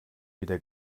wieder